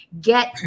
get